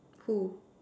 who